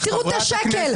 תראו את השקל.